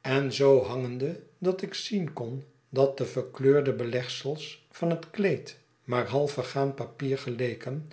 en zoo hangende dat ik zien kon dat de verkleurde belegsels van het kleed naar half vergaan papier geleken